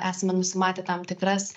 esame nusimatę tam tikras